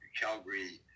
Calgary